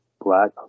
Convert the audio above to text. black